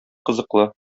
кызыклы